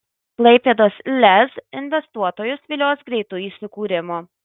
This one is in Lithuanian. klaipėdos lez investuotojus vilios greitu įsikūrimu